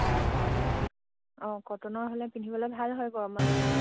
অঁ অঁ কটনৰ হ'লে পিন্ধিবলে ভাল হয় গৰমত